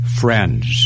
friends